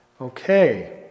okay